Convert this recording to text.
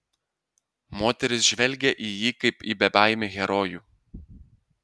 moterys žvelgė į jį kaip į bebaimį herojų